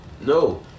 No